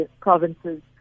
provinces